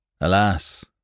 Alas